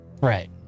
right